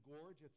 Gorge